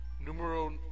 Numero